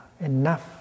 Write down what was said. enough